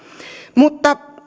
mutta